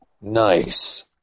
Nice